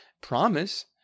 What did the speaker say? promise